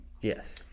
yes